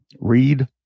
read